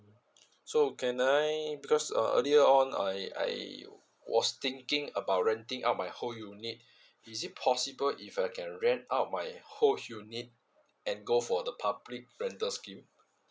so can I because uh earlier on I I was thinking about renting out my whole unit is it possible if I can rent out my whole unit and go for the public rental scheme